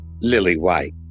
lily-white